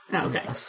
Okay